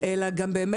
אלה שמסגרת